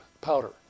powder